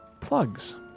plugs